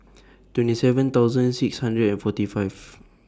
twenty seven thousand six hundred and forty five